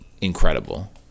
incredible